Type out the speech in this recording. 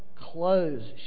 clothes